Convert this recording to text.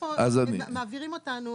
מעבירים אותנו,